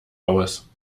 aus